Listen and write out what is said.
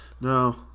No